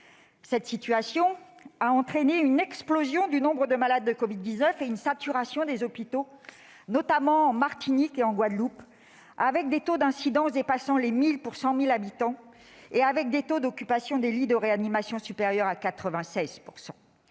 Cette situation a entraîné une explosion du nombre de malades de la covid-19 et une saturation des hôpitaux, notamment en Martinique et en Guadeloupe, marqués par un taux d'incidence excédant les 1 000 cas pour 100 000 habitants et un taux d'occupation des lits de réanimation supérieur à 96 %.